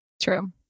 True